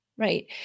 Right